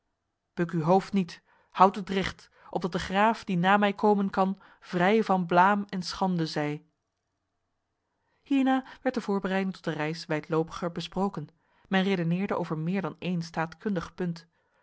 buk uw hoofd niet houd het recht opdat de graaf die na mij komen kan vrij van blaam en schande zij hierna werd de voorbereiding tot de reis wijdlopiger besproken men redeneerde over meer dan een staatkundig punt